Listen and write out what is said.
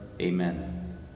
Amen